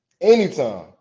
anytime